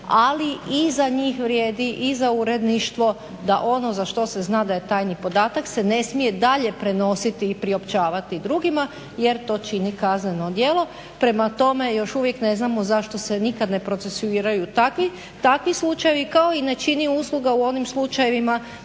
ali i za njih vrijedi i za uredništvo da ono za što se zna da je tajni podatak se ne smije dalje prenositi i priopćavati drugima jer to čini kazneno djelo. Prema tome, još uvijek ne znamo zašto se nikad ne procesuiraju takvi slučajevi, kao i ne čini usluga u onim slučajevima